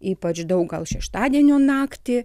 ypač daug gal šeštadienio naktį